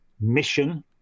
Mission